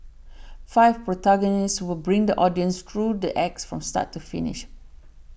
five protagonists will bring the audience through the acts from start to finish